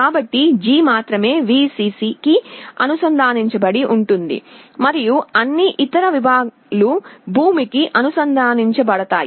కాబట్టి G మాత్రమే Vcc కి అనుసంధానించబడుతుంది మరియు అన్ని ఇతర విభాగాలు భూమికి అనుసంధానించబడతాయి